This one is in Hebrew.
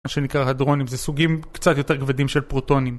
מה שנקרא הדרונים זה סוגים קצת יותר כבדים של פרוטונים